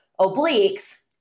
obliques